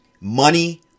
money